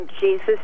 Jesus